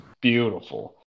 beautiful